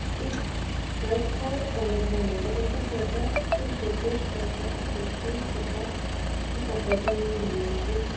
एक वेगळो अनुभव मेळटा तेंकां स्वताक जो शोखेश करपाक शोकेस करपाक एक ऑपोर्चुनिटी मेळटा एक